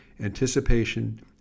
anticipation